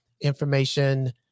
information